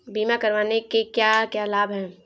बीमा करवाने के क्या क्या लाभ हैं?